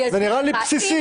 זה נראה לי בסיסי.